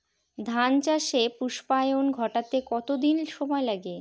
ধান চাষে পুস্পায়ন ঘটতে কতো দিন সময় লাগে?